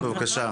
בבקשה.